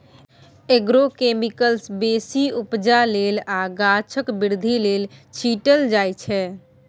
agrochemicals बेसी उपजा लेल आ गाछक बृद्धि लेल छीटल जाइ छै